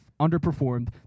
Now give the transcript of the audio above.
underperformed